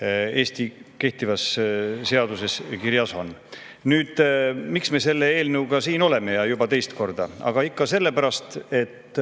Eesti kehtivas seaduses kirjas on. Miks me selle eelnõuga siin oleme ja juba teist korda? Aga ikka sellepärast, et